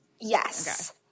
Yes